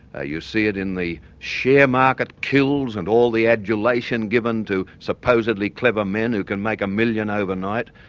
ah you see it in the share market kills and all the adulation given to supposedly clever men who can make a million overnight.